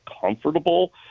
comfortable